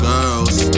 Girls